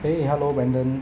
!hey! hello brandon